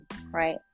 right